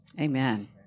Amen